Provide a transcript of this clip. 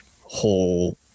whole